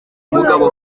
mugabo